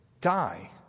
die